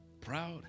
proud